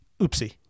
Oopsie